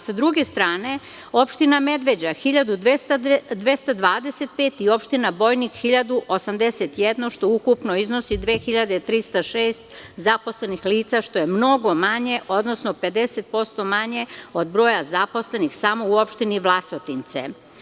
Sa druge strane, Opština Medveđa 1.225 i Opština Bojnik 1.081, što je ukupno 2.306 zaposlenih lica, što je mnogo manje, odnosno 50% manje od broja zaposlenih samo u Opštini Vlasotince.